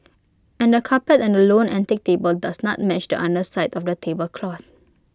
and the carpet and the lone antique table does not match the underside of the tablecloth